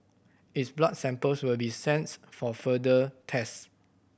its blood samples will be sent for further tests